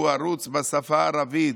שהוא ערוץ בשפה הערבית,